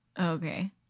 Okay